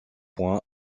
point